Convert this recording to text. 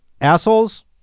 Assholes